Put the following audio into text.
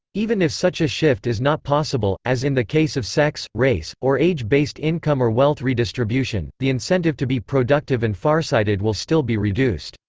even if such a shift is not possible, as in the case of sex, race, or age-based income or wealth redistribution, the incentive to be productive and farsighted will still be reduced.